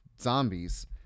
zombies